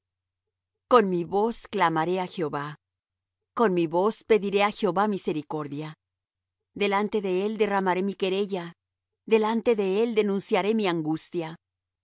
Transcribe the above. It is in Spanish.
con mi voz clamaré á jehová con mi voz pediré á jehová misericordia delante de él derramaré mi querella delante de él denunciaré mi angustia